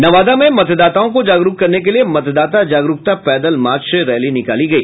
नवादा में मतदाताओं को जागरूक करने के लिये मतदाता जागरुकता पैदल मार्च रैली निकाली गई